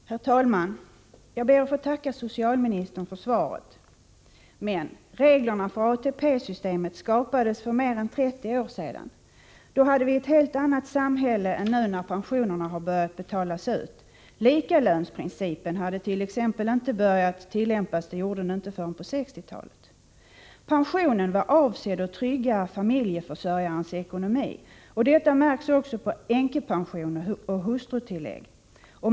Herr talman! Jag ber att få tacka socialministern för svaret. Reglerna för ATP-systemet skapades för mer än 30 år sedan. Då hade vi ett helt annat samhälle än nu, när pensionerna har börjat betalas ut. Likalönsprincipen hade t.ex. inte börjat tillämpas. Det skedde inte förrän på 1960-talet. Pensionen var avsedd att trygga familjeförsörjarens ekonomi. Detta märks också på änkepensioner och hustrutillägg.